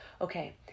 okay